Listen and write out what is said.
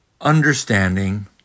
understanding